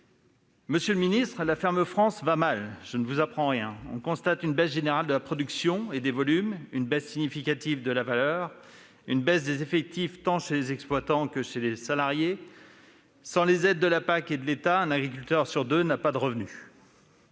Monsieur le ministre, la « ferme France » va mal, je ne vous apprends rien. On constate une baisse générale de la production et des volumes, une baisse significative de la valeur ainsi qu'une baisse des effectifs, tant chez les exploitants que chez les salariés. Sans les aides de la politique agricole commune (PAC) et de l'État, un agriculteur sur deux n'aurait pas de revenus.